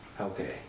Okay